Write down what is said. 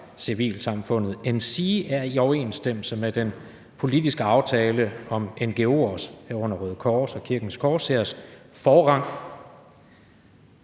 civilsamfundet, endsige er i overensstemmelse med den politiske aftale om ngo’ers (herunder Røde Kors' og Kirkens Korshærs) forrang